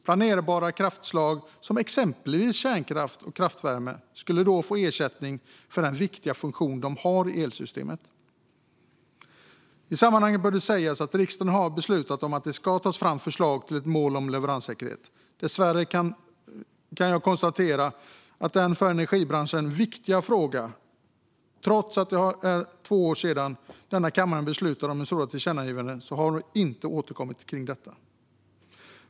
Planerbara kraftslag, som exempelvis kärnkraft och kraftvärme, skulle då få ersättning för den viktiga funktion de har i elsystemet. I sammanhanget bör det sägas att riksdagen har beslutat att det ska tas fram ett förslag till ett mål om leveranssäkerhet. Dessvärre kan jag konstatera att regeringen har lämnat denna för energibranschen så viktiga fråga, och man har inte återkommit med förslag trots att det är två år sedan denna kammare beslutade om ett sådant tillkännagivande.